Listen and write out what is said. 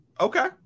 Okay